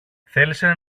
θέλησε